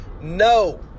no